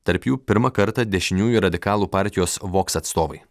tarp jų pirmą kartą dešiniųjų radikalų partijos voks atstovai